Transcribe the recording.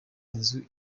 inzu